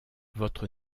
votre